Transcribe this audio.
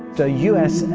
the u s.